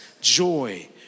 Joy